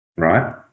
right